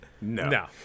no